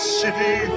city